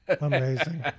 Amazing